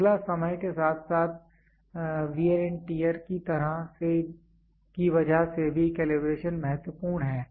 अगला समय के साथ साथ वेयर एंड टियर की वजह से भी कैलिब्रेशन महत्वपूर्ण है